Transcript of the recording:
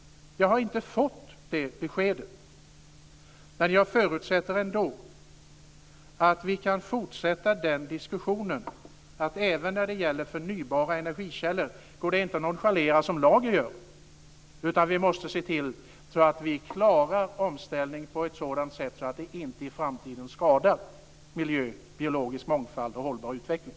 Jag har inte fått det beskedet, men jag förutsätter ändå att vi kan fortsätta den diskussionen, att även när det gäller förnybara energikällor går det inte att nonchalera på det sätt som Per Lager gör, utan vi måste se till så att vi klarar omställningen på ett sådant sätt att vi i framtiden inte skadar miljö, biologisk mångfald och hållbar utveckling.